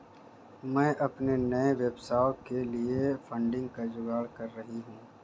मैं अपने नए व्यवसाय के लिए फंडिंग का जुगाड़ कर रही हूं